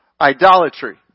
idolatry